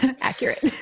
Accurate